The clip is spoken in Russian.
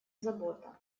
забота